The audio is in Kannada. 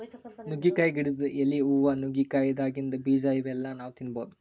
ನುಗ್ಗಿಕಾಯಿ ಗಿಡದ್ ಎಲಿ, ಹೂವಾ, ನುಗ್ಗಿಕಾಯಿದಾಗಿಂದ್ ಬೀಜಾ ಇವೆಲ್ಲಾ ನಾವ್ ತಿನ್ಬಹುದ್